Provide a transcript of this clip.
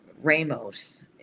Ramos